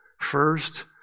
first